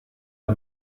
der